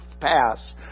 pass